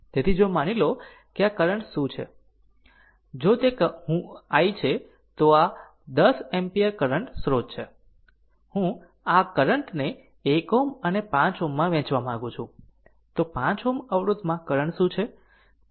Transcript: તેથી જો માની લો કે આ કરંટ છે જો તે હું છે તો આ 10 એમ્પીયર કરંટ સ્રોત છે હું આ કરંટ ને 1 Ω અને 5 Ω માં વહેંચવા માંગુ છું તો 5 Ω અવરોધમાં કરંટ શું છે